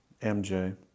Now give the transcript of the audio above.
MJ